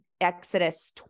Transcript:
Exodus